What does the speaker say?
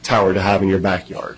tower to have in your backyard